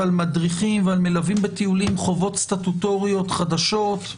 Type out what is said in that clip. על מדריכים ועל מלווים בטיולים חובות סטטוטוריות חדשות.